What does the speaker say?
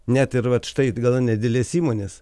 net ir vat štai gana nedidelės įmonės